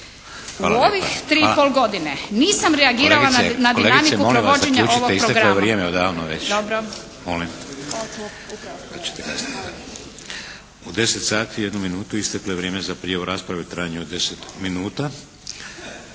U ovih 3 i pol godine nisam reagirala na dinamiku provođenja ovog programa.